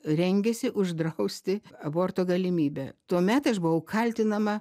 rengiasi uždrausti aborto galimybę tuomet aš buvau kaltinama